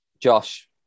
Josh